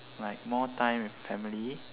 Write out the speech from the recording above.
like more time with family